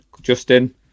Justin